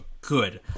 good